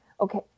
okay